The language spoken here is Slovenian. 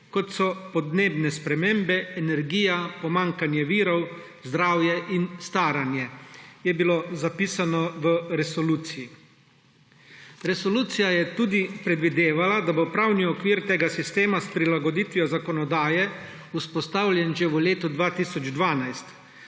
kot so podnebne spremembe, energija, pomanjkanje virov, zdravje in staranje, je bilo zapisano v resoluciji. Resolucija je tudi predvidevala, da bo pravni okvir tega sistema s prilagoditvijo zakonodaje vzpostavljen že v letu 2012.